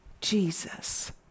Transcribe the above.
Jesus